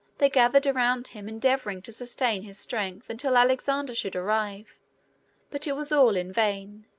they gathered around him, endeavoring to sustain his strength until alexander should arrive but it was all in vain.